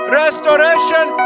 restoration